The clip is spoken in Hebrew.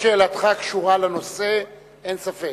בהחלט שאלתך קשורה לנושא, אין ספק.